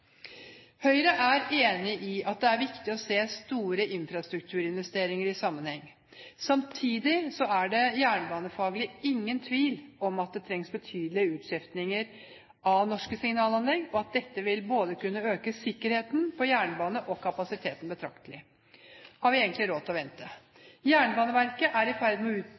Høyre er enig i at det er viktig å se store infrastrukturinvesteringer i sammenheng. Samtidig er det jernbanefaglig ingen tvil om at det trengs betydelige utskiftninger av norske signalanlegg, og at dette vil kunne øke sikkerheten på jernbanen, og kapasiteten, betraktelig. Har vi egentlig råd til å vente? Jernbaneverket er i ferd med å